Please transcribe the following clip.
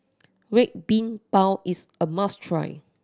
Red Bean Bao is a must try